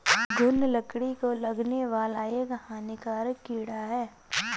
घून लकड़ी को लगने वाला एक हानिकारक कीड़ा है